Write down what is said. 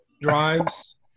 drives